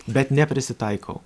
bet neprisitaikau